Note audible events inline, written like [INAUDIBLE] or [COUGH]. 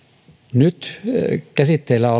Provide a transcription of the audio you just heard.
nyt käsitteillä [UNINTELLIGIBLE]